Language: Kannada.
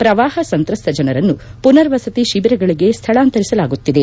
ಶ್ರವಾಪ ಸಂತ್ರಸ್ತ ಜನರನ್ನು ಪುನರ್ವಸತಿ ತಿಬಿರಗಳಿಗೆ ಸ್ಥಳಾಂತರಿಸಲಾಗುತ್ತಿದೆ